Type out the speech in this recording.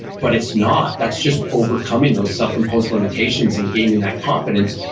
but it's not. that's just overcoming those self-imposed limitations and gaining that confidence.